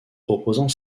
proposant